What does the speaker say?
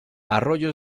arroyo